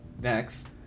next